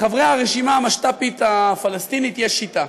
לחברי הרשימה המשת"פית הפלסטינית יש שיטה: